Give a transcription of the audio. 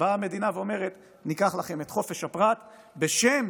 באה המדינה ואומרת: ניקח לכם את חופש הפרט, בשם,